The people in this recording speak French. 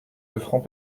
lefranc